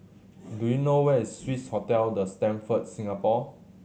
do you know where is Swissotel The Stamford Singapore